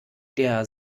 der